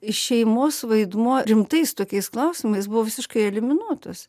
šeimos vaidmuo rimtais tokiais klausimais buvo visiškai eliminuotus